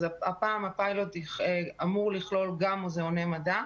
אז הפעם הפיילוט אמור לכלול גם מוזיאוני מדע.